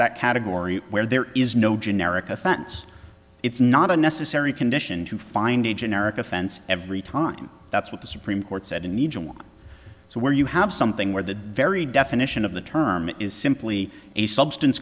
that category where there is no generic offense it's not a necessary condition to find a generic offense every time that's what the supreme court said in egypt so where you have something where the very definition of the term is simply a substance